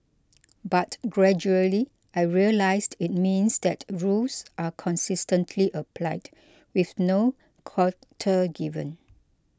but gradually I realised it means that rules are consistently applied with no quarter given